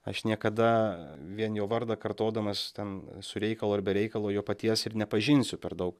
aš niekada vien jo vardą kartodamas ten su reikalu ar be reikalo jo paties ir nepažinsiu per daug